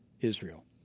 Israel